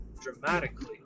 dramatically